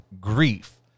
grief